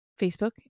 Facebook